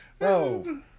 No